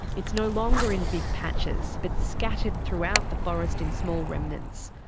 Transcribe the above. it's no longer in big patches, but scattered throughout the forest in small remnants.